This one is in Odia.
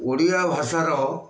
ଓଡ଼ିଆ ଭାଷାର